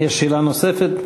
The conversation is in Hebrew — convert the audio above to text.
יש שאלה נוספת?